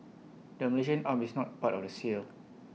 the Malaysian arm is not part of the sale